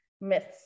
myths